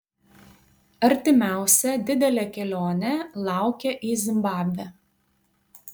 artimiausia didelė kelionė laukia į zimbabvę